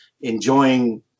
enjoying